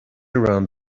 around